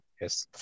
Yes